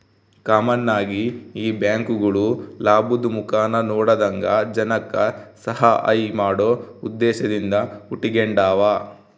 common ಆಗಿ ಈ ಬ್ಯಾಂಕ್ಗುಳು ಲಾಭುದ್ ಮುಖಾನ ನೋಡದಂಗ ಜನಕ್ಕ ಸಹಾಐ ಮಾಡೋ ಉದ್ದೇಶದಿಂದ ಹುಟಿಗೆಂಡಾವ